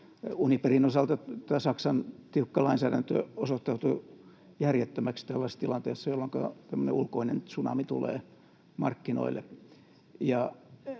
Uniperin osalta. Tämä Saksan tiukka lainsäädäntö osoittautui järjettömäksi tällaisessa tilanteessa, jolloinka tämmöinen ulkoinen tsunami tulee markkinoille,